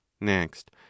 Next